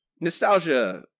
nostalgia